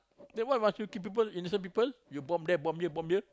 then why must you kill people innocent people you bomb there bomb here bomb here